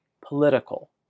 political